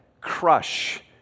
crush